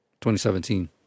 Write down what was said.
2017